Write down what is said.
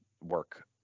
work